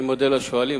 אני מודה לשואלים,